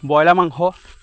broiler মাংস